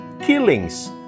killings